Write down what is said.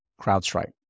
CrowdStrike